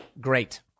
Great